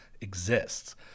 exists